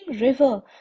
river